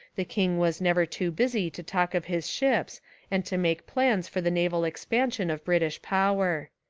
the king was never too busy to talk of his ships and to make plans for the naval expan sion of british power.